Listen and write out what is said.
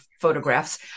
photographs